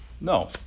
No